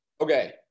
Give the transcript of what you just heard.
okay